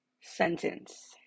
sentence